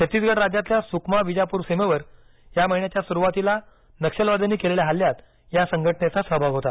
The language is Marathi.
छत्तीसगड राज्यातल्या सुकमा विजापूर सीमेवर या महिन्याच्या सुरुवातीला नक्षलवाद्यांनी केलेल्या हल्ल्यात या संघटनेचा सहभाग होता